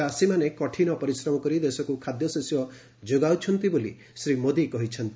ଚାଷୀମାନେ କଠିନ ପରିଶ୍ରମ କରି ଦେଶକୁ ଖାଦ୍ୟଶସ୍ୟ ଯୋଗାଉଛନ୍ତି ବୋଲି ଶ୍ରୀ ମୋଦି କହିଛନ୍ତି